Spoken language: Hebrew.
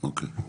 אוקיי.